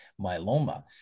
myeloma